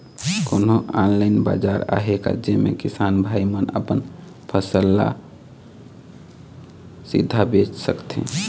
कोन्हो ऑनलाइन बाजार आहे का जेमे किसान भाई मन अपन फसल ला सीधा बेच सकथें?